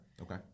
okay